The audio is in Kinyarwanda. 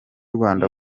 rwanda